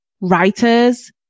writers